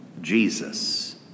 Jesus